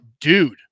dude